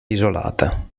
isolata